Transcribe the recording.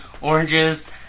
oranges